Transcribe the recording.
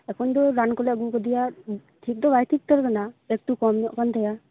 ᱮᱠᱷᱚᱱ ᱫᱚ ᱨᱟᱱ ᱠᱚᱞᱮ ᱟᱜᱩ ᱠᱟᱣᱫᱮᱭᱟ ᱴᱷᱤᱠ ᱫᱚ ᱵᱟᱭ ᱴᱷᱤᱠ ᱩᱛᱟᱹᱨ ᱟᱠᱟᱱᱟ ᱮᱠᱴᱩ ᱠᱚ ᱧᱚᱜ ᱠᱟᱱ ᱛᱟᱭᱟ